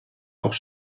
auch